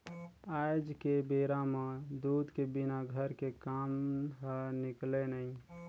आज के बेरा म दूद के बिना घर के काम ह निकलय नइ